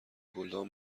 گلدان